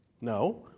No